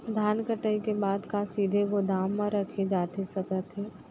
धान कटाई के बाद का सीधे गोदाम मा रखे जाथे सकत हे?